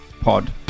pod